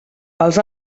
els